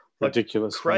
Ridiculous